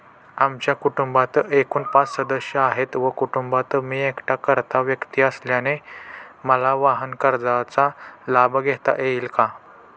आमच्या कुटुंबात एकूण पाच सदस्य आहेत व कुटुंबात मी एकटाच कर्ता व्यक्ती असल्याने मला वाहनकर्जाचा लाभ घेता येईल का?